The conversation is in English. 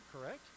correct